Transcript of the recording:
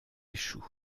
échoue